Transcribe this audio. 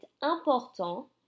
important